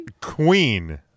Queen